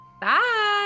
Bye